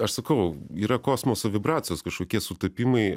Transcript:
aš sakau yra kosmoso vibracijos kažkokie sutapimai